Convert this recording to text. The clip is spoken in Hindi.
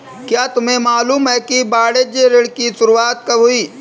क्या तुम्हें मालूम है कि वाणिज्य ऋण की शुरुआत कब हुई?